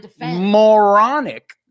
moronic